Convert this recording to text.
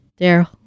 Daryl